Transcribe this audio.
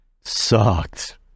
sucked